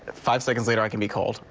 five seconds later i can be cold.